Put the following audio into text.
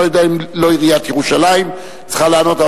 אני לא יודע אם זו לא עיריית ירושלים שצריכה לענות.